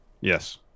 Yes